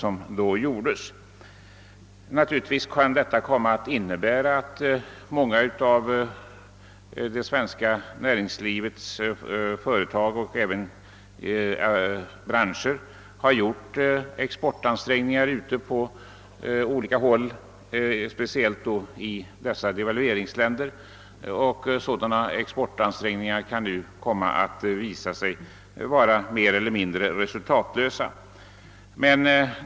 En av följdverkningarna kan bli att de exportansträngningar som gjorts av svenska företag — ibland av hela branscher — speciellt i devalveringsländerna kommer att visa sig mer eller mindre resultatlösa.